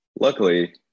Luckily